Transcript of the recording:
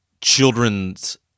children's